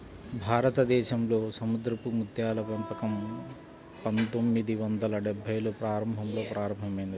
భారతదేశంలో సముద్రపు ముత్యాల పెంపకం పందొమ్మిది వందల డెభ్భైల్లో ప్రారంభంలో ప్రారంభమైంది